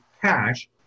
cash